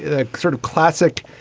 a sort of classic,